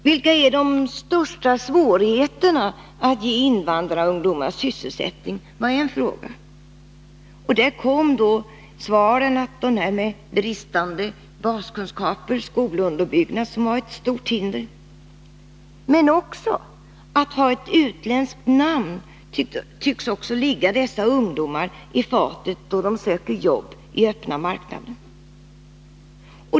Vilka är de största svårigheterna när det gäller att ge invandrarungdomarna sysselsättning? Det var en fråga. Det svaras att bristande baskunskaper och skolunderbyggnad är ett stort hinder, men också detta att ha ett utländskt namn tycks ligga dessa ungdomar i fatet då de söker jobb på öppna marknaden.